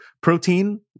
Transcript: protein